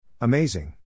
Amazing